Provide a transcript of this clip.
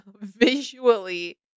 visually